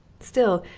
still,